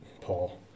Paul